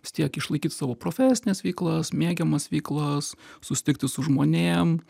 vis tiek išlaikyt savo profesines veiklas mėgiamas veiklas susitikti su žmonėm